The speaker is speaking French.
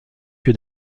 que